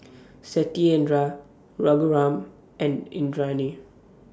Satyendra Raghuram and Indranee